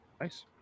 Nice